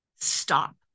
Stop